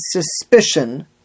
suspicion